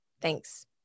thanks